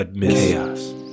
Chaos